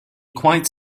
quite